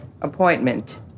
appointment